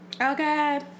Okay